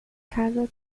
casa